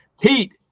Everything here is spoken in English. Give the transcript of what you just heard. Pete